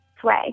sway